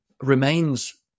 remains